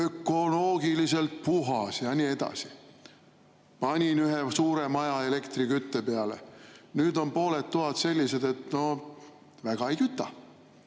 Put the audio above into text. ökoloogiliselt puhas ja nii edasi. Panin ühe suure maja elektrikütte peale. Nüüd on pooled toad sellised, et noh, väga ei küta.